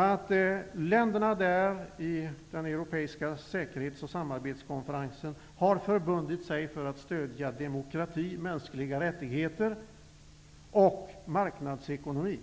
att länderna i den Europeiska säkerhets och samarbetskonferensen har förbundit sig att stödja demokrati, mänskliga rättigheter och marknadsekonomi.